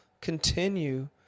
continue